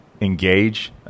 Engage